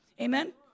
Amen